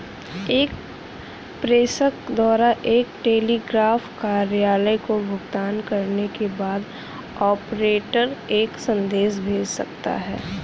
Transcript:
एक प्रेषक द्वारा एक टेलीग्राफ कार्यालय को भुगतान करने के बाद, ऑपरेटर एक संदेश भेज सकता है